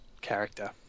character